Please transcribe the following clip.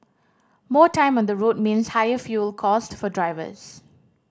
more time on the road means higher fuel cost for drivers